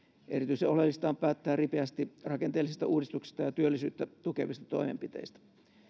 erityisen oleellista on päättää ripeästi rakenteellisista uudistuksista ja työllisyyttä tukevista toimenpiteistä